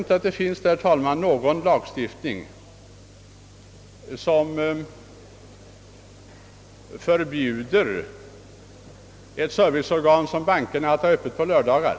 Det finns väl ingen lagstiftning som förbjuder bankerna att ha öppet på lördagar.